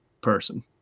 person